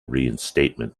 reinstatement